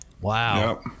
Wow